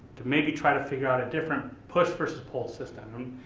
to maybe try to figure out a different push versus pull system.